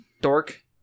dork